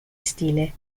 stile